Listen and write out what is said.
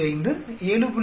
5 7